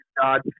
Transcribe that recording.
God